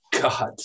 God